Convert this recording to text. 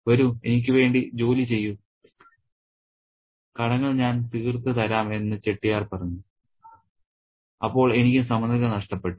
വരൂ എനിക്ക് വേണ്ടി ജോലി ചെയ്യൂ കടങ്ങൾ താൻ തീർത്ത് തരാം എന്ന് ചെട്ടിയാർ പറഞ്ഞു അപ്പോൾ എനിക്ക് സമനില നഷ്ടപ്പെട്ടു